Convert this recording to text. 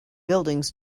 buildings